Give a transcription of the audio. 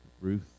Ruth